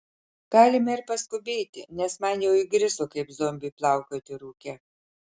galime ir paskubėti nes man jau įgriso kaip zombiui plaukioti rūke